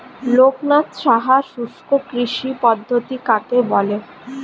লোকনাথ সাহা শুষ্ককৃষি পদ্ধতি কাকে বলে?